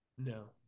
No